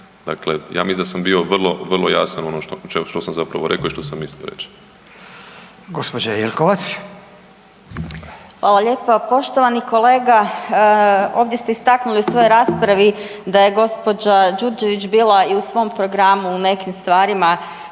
Dakle, ja mislim da sam bio vrlo, vrlo jasan u onom što sam zapravo rekao i što sam mislio reći.